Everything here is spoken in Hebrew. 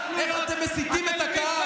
איך שאתם מסיתים את הקהל.